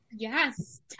Yes